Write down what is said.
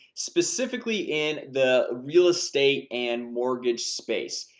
specifically in the real estate and mortgage space.